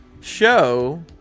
show